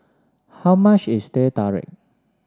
how much is Teh Tarik